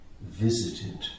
visited